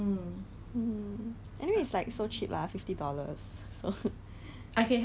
it's super funny I tell you I cannot believe they will sell such item